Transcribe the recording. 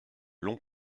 long